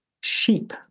sheep